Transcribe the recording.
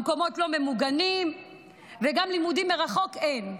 המקומות לא ממוגנים וגם לימודים מרחוק אין.